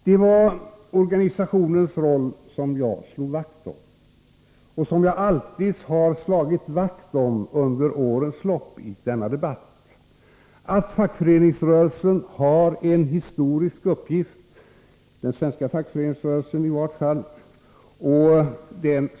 Det var organisationens roll som jag slog vakt om och som jag alltid har slagit vakt om under årens lopp i denna debatt, nämligen att fackföreningsrörelsen — i varje fall den svenska fackföreningsrörelsen — har en historisk uppgift.